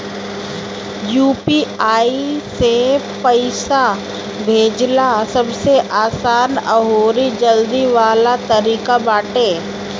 UPI से पईसा भेजल सबसे आसान अउरी जल्दी वाला तरीका बाटे